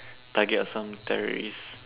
target of some terrorist